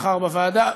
מחר בוועדה,